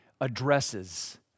addresses